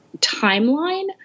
timeline